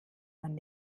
man